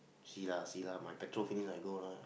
see lah see lah my petrol finish I go lah